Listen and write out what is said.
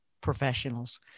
professionals